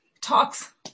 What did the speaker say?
talks